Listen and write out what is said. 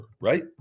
right